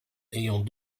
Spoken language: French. ayant